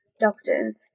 doctors